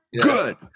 Good